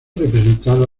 representada